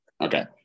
Okay